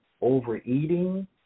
overeating